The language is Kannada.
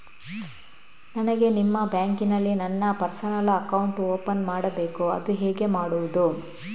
ನನಗೆ ನಿಮ್ಮ ಬ್ಯಾಂಕಿನಲ್ಲಿ ನನ್ನ ಪರ್ಸನಲ್ ಅಕೌಂಟ್ ಓಪನ್ ಮಾಡಬೇಕು ಅದು ಹೇಗೆ ಮಾಡುವುದು?